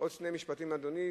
עוד שני משפטים, אדוני.